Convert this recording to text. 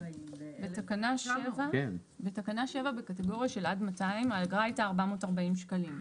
בתקנה 7 בקטגוריה של עד 200 האגרה הייתה 440 שקלים.